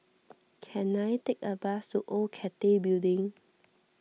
can I take a bus to Old Cathay Building